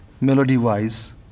melody-wise